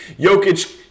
Jokic